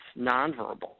nonverbal